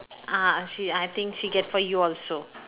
ah she I think she get for you also